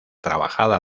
trabajada